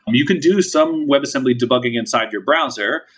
and you can do some webassembly debugging inside your browser,